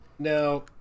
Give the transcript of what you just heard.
Now